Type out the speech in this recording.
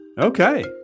Okay